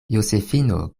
josefino